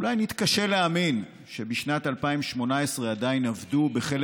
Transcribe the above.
אולי נתקשה להאמין שבשנת 2018 עדיין עבדו בחלק